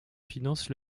finances